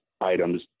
items